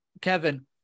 Kevin